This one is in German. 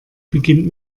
beginnt